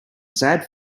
sad